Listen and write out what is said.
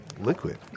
liquid